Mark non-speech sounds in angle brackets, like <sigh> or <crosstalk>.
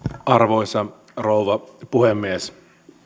<unintelligible> arvoisa rouva puhemies